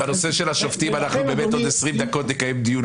בנושא של השופטים באמת עוד 20 דקות נקיים דיון